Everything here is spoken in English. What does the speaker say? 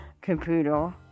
computer